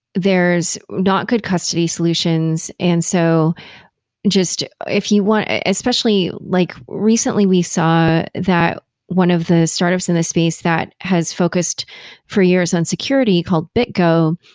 there's not good custody solutions. and so just if you want, ah especially like recently we saw that one of the startups in the space that has focused for years on security called bitgo,